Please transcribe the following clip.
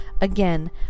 again